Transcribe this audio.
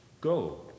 Go